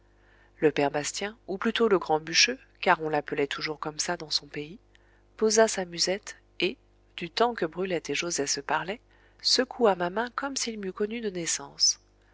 le père bastien ou plutôt le grand bûcheux car on l'appelait toujours comme ça dans son pays posa sa musette et du temps que brulette et joset se parlaient secoua ma main comme s'il m'eût connu de naissance